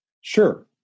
Sure